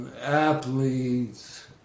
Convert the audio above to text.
athletes